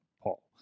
Paul